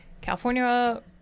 California